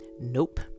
nope